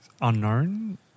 unknown